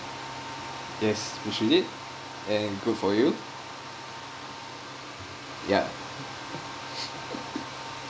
yes which you did and good for you ya